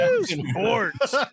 Sports